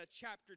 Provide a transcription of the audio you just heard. chapter